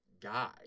guy